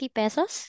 pesos